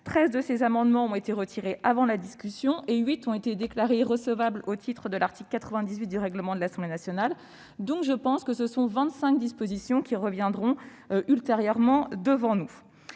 13 de ces amendements ont été retirés avant la discussion et 8 ont été déclarés irrecevables au titre de l'article 98 du règlement de l'Assemblée nationale. Nul doute que ces dispositions nous seront ultérieurement soumises.